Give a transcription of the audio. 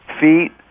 feet